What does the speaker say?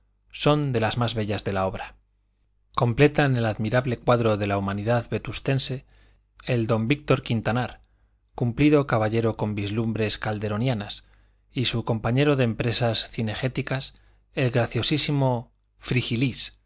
son de las más bellas de la obra completan el admirable cuadro de la humanidad vetustense el d víctor quintanar cumplido caballero con vislumbres calderonianas y su compañero de empresas cinegéticas el graciosísimo